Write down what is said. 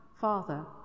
father